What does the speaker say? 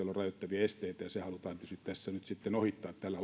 rajoittavia esteitä ja se halutaan tietysti tässä nyt sitten ohittaa tällä